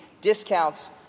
discounts